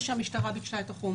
כשהמשטרה ביקשה את החומר,